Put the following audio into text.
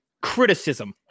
criticism